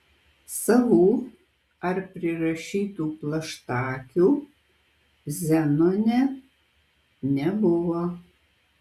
savų ar prirašytų plaštakių zenone nebuvo